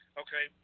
okay